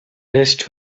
rest